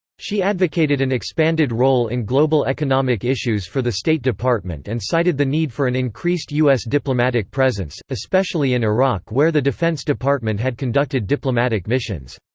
she advocated an expanded role in global economic issues for the state department and cited the need for an increased u s. diplomatic presence, especially in iraq where the defense department had conducted diplomatic missions.